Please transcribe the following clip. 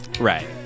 Right